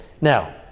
Now